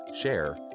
share